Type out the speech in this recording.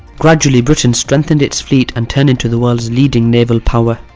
gradually, britain strengthened its fleet and turned into the world's leading naval power.